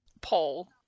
Poll